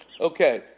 Okay